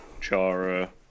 Chara